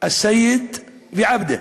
א-סייד ועבדה.